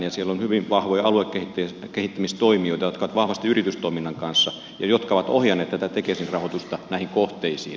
siellä on hyvin vahvoja aluekehittämistoimijoita jotka ovat vahvasti yritystoiminnan kanssa ja jotka ovat ohjanneet tätä tekesin rahoitusta näihin kohteisiin